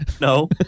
No